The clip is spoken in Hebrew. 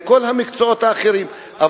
לכל המקצועות האחרים.